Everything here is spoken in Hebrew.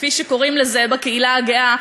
כפי שקוראים לזה בקהילה הגאה,